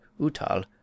Utal